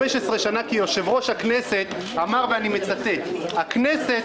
כיושב-ראש הכנסת הוא אמר ואני מצטט: הכנסת